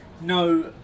no